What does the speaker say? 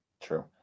True